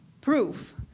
proof